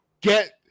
get